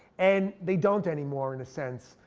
and they don't anymore in a sense.